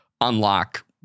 unlock